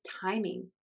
timing